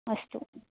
अस्तु